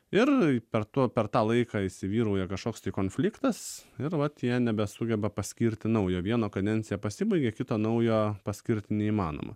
ir per tuo per tą laiką įsivyrauja kažkoks tai konfliktas ir va tie nebesugeba paskirti naujo vieno kadencija pasibaigė kito naujo paskirti neįmanoma